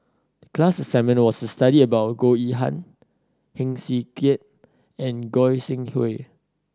the class assignment was to study about Goh Yihan Heng Swee Keat and Goi Seng Hui